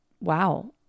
wow